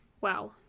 Wow